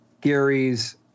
Gary's